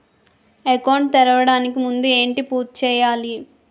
Account తెరవడానికి ముందు ఏంటి పూర్తి చేయాలి?